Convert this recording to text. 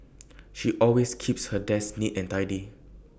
she always keeps her desk neat and tidy